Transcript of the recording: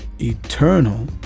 eternal